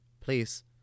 please